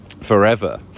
forever